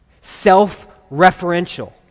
self-referential